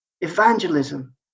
Evangelism